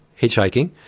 hitchhiking